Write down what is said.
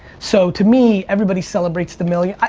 so to me everybody celebraties the million.